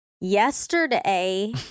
Yesterday